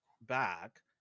back